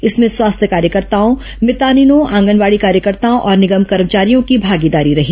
इसमें स्वास्थ्य कार्यकर्ताओं मितानिनों आंगनबाड़ी कार्यकर्ताओं और निगम कर्मचारियों की भागीदारी रही